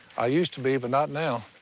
i used to be, but not now.